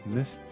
Miss